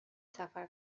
سفر